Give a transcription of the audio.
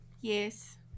Yes